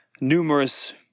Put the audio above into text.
numerous